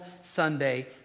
Sunday